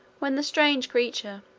when the strange creature,